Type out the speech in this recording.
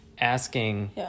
asking